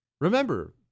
Remember